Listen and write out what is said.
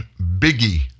biggie